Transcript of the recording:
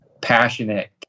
passionate